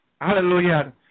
hallelujah